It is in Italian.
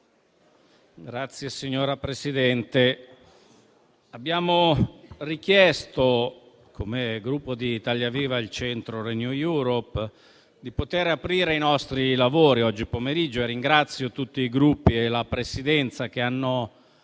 Signor Presidente, abbiamo richiesto, come Gruppo Italia Viva-Il Centro-Renew Europe, di poter aprire i nostri lavori oggi pomeriggio - e ringrazio tutti i Gruppi e la Presidenza che hanno